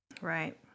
Right